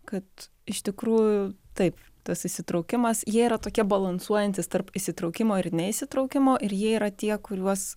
kad iš tikrųjų taip tas įsitraukimas jie yra tokie balansuojantys tarp įsitraukimo ir neįsitraukimo ir jie yra tie kuriuos